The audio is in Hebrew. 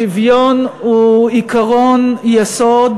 שוויון הוא עקרון יסוד,